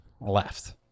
left